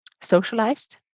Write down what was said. socialized